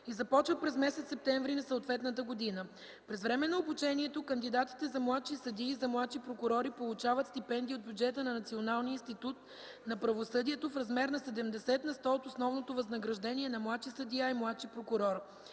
и започва през месец септември на съответната година. През време на обучението кандидатите за младши съдии и за младши прокурори получават стипендия от бюджета на Националния институт на правосъдието в размер на седемдесет на сто от основното възнаграждение на младши съдия и младши прокурор.